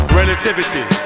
relativity